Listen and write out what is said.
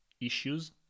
issues